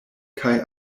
kaj